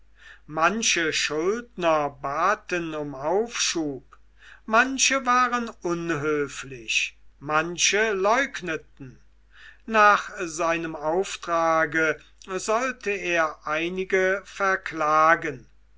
manche schuldner baten um aufschub manche waren unhöflich manche leugneten nach seinem auftrage sollte er einige verklagen